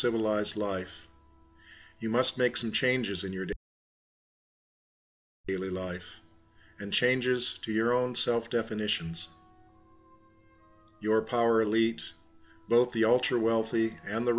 civilized life you must make some changes in your in life and changes to your own self definitions your power elite both the ultra wealthy and the